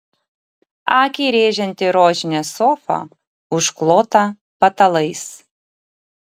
akį rėžianti rožinė sofa užklota patalais